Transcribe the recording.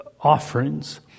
offerings